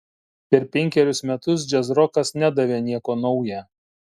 per penkerius metus džiazrokas nedavė nieko nauja